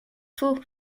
faux